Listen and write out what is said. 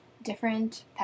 different